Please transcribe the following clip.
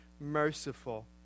merciful